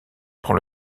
prend